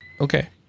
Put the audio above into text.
Okay